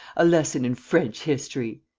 a lesson in french history!